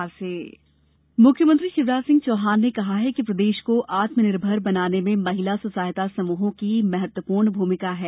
महिला स्व सहायता समूह मुख्यमंत्री शिवराज सिंह चौहान ने कहा कि प्रदेश को आत्मनिर्भर बनाने में महिला स्व सहायता समूहों की महत्वपूर्ण भूमिका है